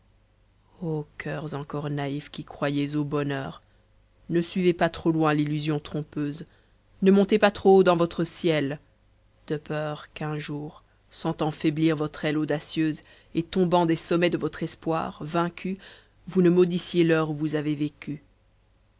o coeurs encor naïfs qui croyez au bonheur ne suivez pas trop loin l'illusion trompeuse ne montez pas trop haut dans votre ciel de peur qu'un jour sentant faiblir votre aile audacieuse et tombant des sommets de votre espoir vaincu vous ne maudissiez l'heure où vous avez vécu